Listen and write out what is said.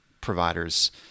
providers